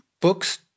books